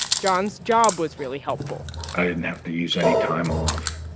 john's job was really helpful i didn't have to use any time off.